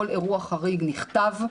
כל אירוע חריג נכתב,